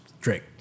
Drake